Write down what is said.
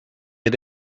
had